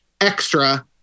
extra